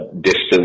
distance